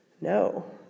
No